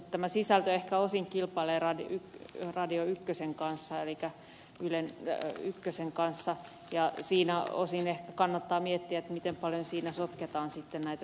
tämä sisältö ehkä osin kilpailee radio ykkösen kanssa eli ylen ykkösen kanssa ja siinä osin ehkä kannattaa miettiä miten paljon siinä sotketaan sitten näitä sisältöjä